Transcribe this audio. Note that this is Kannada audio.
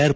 ಆರ್